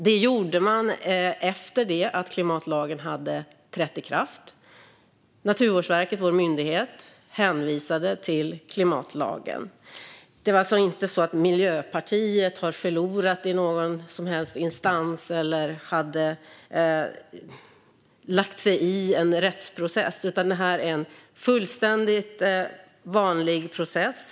Det gjorde man efter det att klimatlagen hade trätt i kraft. Naturvårdsverket - vår myndighet - hänvisade till klimatlagen. Det är alltså inte så att Miljöpartiet har förlorat i någon som helst instans eller har lagt sig i en rättsprocess, utan det här är en fullständigt vanlig process.